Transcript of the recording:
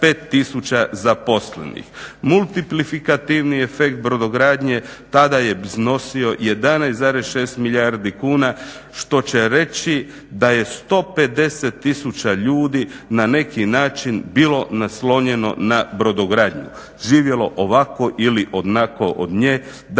tisuća zaposlenih. Multiplifikativni efekt brodogradnje tada je iznosio 11,6 milijardi kuna što će reći da je 150 tisuća ljudi na neki način bilo naslonjeno na brodogradnju, živjelo ovako ili onako od nje, danas